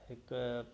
हिकु